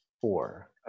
four